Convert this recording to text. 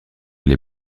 les